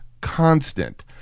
Constant